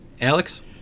Alex